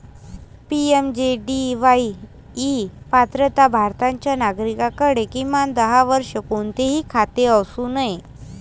PMJDY पात्रता भारताच्या नागरिकाकडे, किमान दहा वर्षे, कोणतेही खाते असू नये